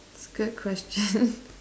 that's a good question